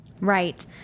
Right